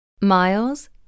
Miles